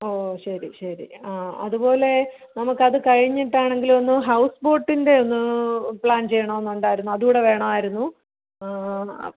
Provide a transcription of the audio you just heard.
ഓ ശരി ശരി ആ അതു പോലെ നമുക്കത് കഴിഞ്ഞിട്ടാണെങ്കിലും ഒന്ന് ഹൗസ് ബോട്ടിൻ്റെ ഒന്ന് പ്ലാൻ ചെയ്യണമെന്നുണ്ടായിരുന്നു അതൂടെ വേണമായിരുന്നു